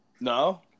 No